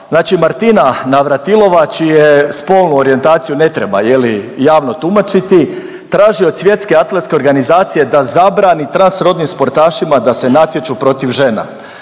znači Martina Navratilova čiju spolnu orijentaciju ne treba je li javno tumačiti, traži od Svjetske atletske organizacije da zabrani transrodnim sportašima da se natječu protiv žena.